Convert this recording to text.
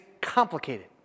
complicated